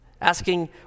Asking